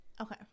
okay